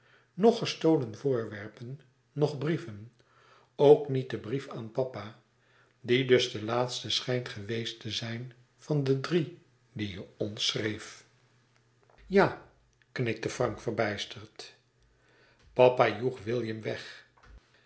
noch gestolen voorwerpen noch brieven ook niet de brief aan papa die dus de laatste schijnt geweest te zijn van de drie die je ons schreef ja knikte frank verbijsterd papa joeg william weg